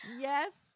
Yes